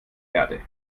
erde